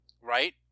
Right